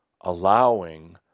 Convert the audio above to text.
allowing